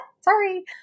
sorry